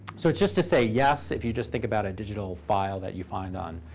so it's just to say, yes, if you just think about a digital file that you find on